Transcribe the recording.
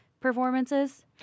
performances